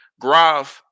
Grave